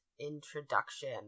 introduction